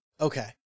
Okay